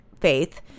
faith